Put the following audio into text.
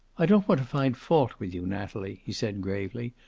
i don't want to find fault with you, natalie, he said gravely.